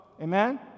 Amen